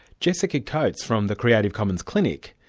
jessica coates, from the creative commons clinic,